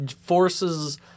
forces